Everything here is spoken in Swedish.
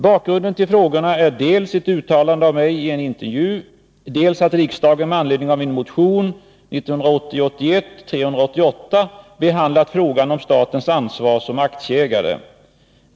Bakgrunden till frågorna är dels ett uttalande av mig i en intervju, dels att riksdagen med anledning av en motion, 1980/81:388, behandlat frågan om statens ansvar som aktieägare.